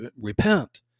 repent